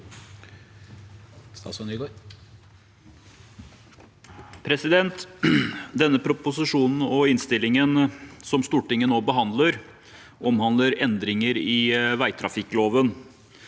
Denne propo- sisjonen og innstillingen som Stortinget nå behandler, omhandler endringer i veitrafikkloven.